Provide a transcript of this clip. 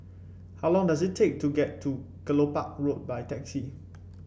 how long does it take to get to Kelopak Road by taxi